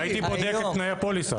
והייתי בודק את תנאי הפוליסה.